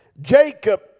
Jacob